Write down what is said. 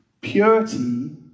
Purity